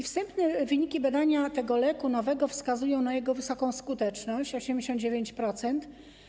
Wstępne wyniki badania tego nowego leku wskazują na jego wysoką skuteczność - 89%.